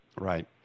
Right